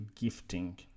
gifting